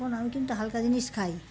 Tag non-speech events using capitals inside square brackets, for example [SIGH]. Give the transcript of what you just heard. [UNINTELLIGIBLE] আমি কিন্তু হালকা জিনিস খাই